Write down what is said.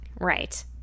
Right